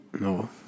No